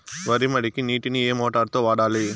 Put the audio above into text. వరి మడికి నీటిని ఏ మోటారు తో వాడాలి?